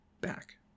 back